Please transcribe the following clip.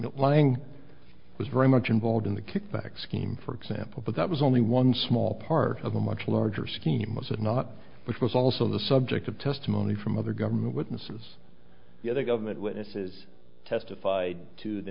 of lying was very much involved in the kickback scheme for example but that was only one small part of a much larger scheme was it not which was also the subject of testimony from other government witnesses the other government witnesses testified to the